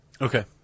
Okay